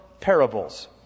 parables